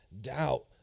doubt